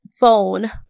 phone